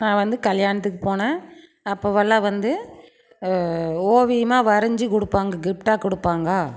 நான் வந்து கல்யாணத்துக்கு போனேன் அப்போவெல்லாம் வந்து ஓவியமா வரைஞ்சிக் கொடுப்பாங்க கிப்ட்டாக கொடுப்பாங்க